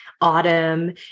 autumn